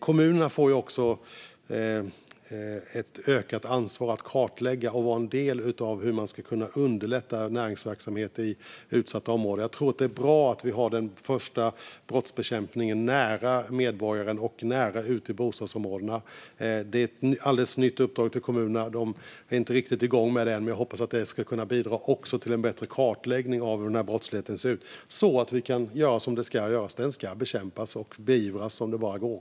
Kommunerna får också ett ökat ansvar för att kartlägga och vara en del av hur man ska kunna underlätta näringsverksamhet i utsatta områden. Jag tror att det är bra att vi har den första brottsbekämpningen nära medborgaren och ute i bostadsområdena. Detta är ett alldeles nytt uppdrag till kommunerna. De är inte riktigt igång med det än, men jag hoppas att det ska kunna bidra till en bättre kartläggning av hur brottsligheten ser ut så att vi kan göra som det ska göras. Brottsligheten ska bekämpas och beivras så mycket som det bara går.